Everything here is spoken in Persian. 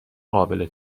قابل